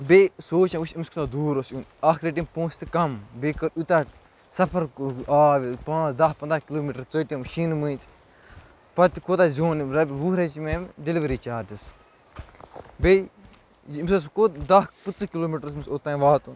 بیٚیہِ سوٗنٛچھ مےٚ وٕچھ أمِس کوٗتاہ دوٗر اوس یُن اَکھ رٔٹۍ أمۍ پونٛسہٕ تہِ کَم بیٚیہِ کٔر یوٗتاہ سَفر آو یہِ پانٛژھ دَہ پنٛداہ کِلوٗ میٖٹَر ژٔٹۍ أمۍ شیٖنہِ مٔنٛزۍ پَتہٕ تہٕ کوتاہ زیوٗن أمۍ رۄپیہِ وُہ رَچہٕ مےٚ أمۍ ڈِلؤری چارجٕس بیٚیہِ ییٚمِس اوس سُہ کوٚت دَہ پٕنٛژٕہ کِلوٗ میٖٹر اوس أمِس اوٚتام واتُن